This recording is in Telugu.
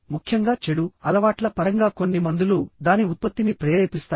ముఖ్యంగా చెడు అలవాట్ల పరంగా కొన్ని మందులు దాని ఉత్పత్తిని ప్రేరేపిస్తాయి